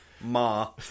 ma